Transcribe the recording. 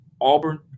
Auburn